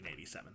1987